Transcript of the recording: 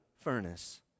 Furnace